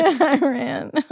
Iran